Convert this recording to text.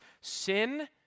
sin